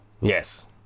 Yes